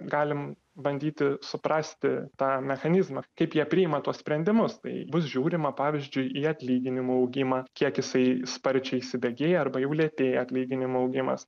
galim bandyti suprasti tą mechanizmą kaip jie priima tuos sprendimus tai bus žiūrima pavyzdžiui į atlyginimų augimą kiek jisai sparčiai įsibėgėja arba jau lėtėja atlyginimų augimas